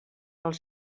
els